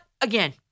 again